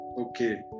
okay